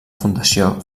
fundació